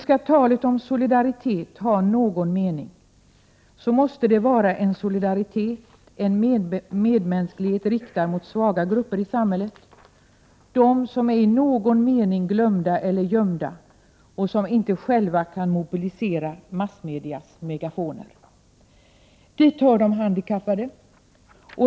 Skall talet om solidaritet ha någon mening, måste det vara en solidaritet, en medmänsklighet som är riktad mot svaga grupper i samhället — de som är i någon mening glömda eller gömda och som inte själva kan mobilisera massmedias megafoner. Dit hör de handikappade.